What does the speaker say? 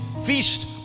Feast